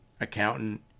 accountant